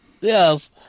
Yes